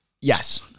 Yes